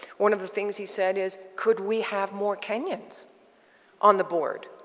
one of the things he said is, could we have more kenyans on the board?